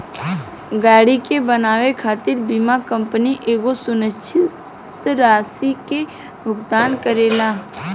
गाड़ी के बनावे खातिर बीमा कंपनी एगो सुनिश्चित राशि के भुगतान करेला